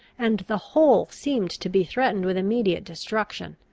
and the whole seemed to be threatened with immediate destruction.